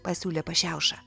pasiūlė pašiauša